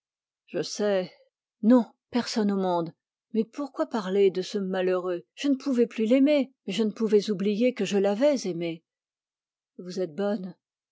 je sais non personne au monde mais pourquoi parler de ce malheureux je ne pouvais plus l'aimer mais je ne pouvais oublier que je l'avais aimé vous êtes bonne